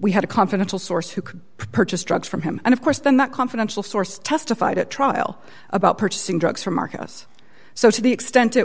we had a confidential source who could purchase drugs from him and of course then that confidential source testified at trial about purchasing drugs from marcus so to the extent it